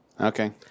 Okay